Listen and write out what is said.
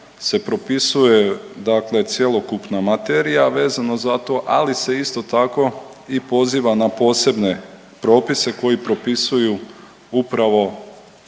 se propisuje dakle cjelokupna materija, a vezano za to, ali se isto tako i poziva na posebne propise koji propisuju upravo